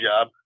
job